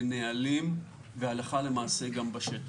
בנהלים והלכה למעשה גם בשטח.